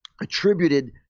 attributed